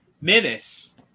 Menace